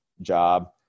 job